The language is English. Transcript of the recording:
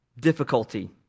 difficulty